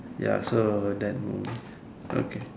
ya so that movie okay